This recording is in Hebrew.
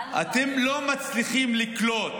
אתם לא מצליחים לקלוט,